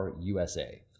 USA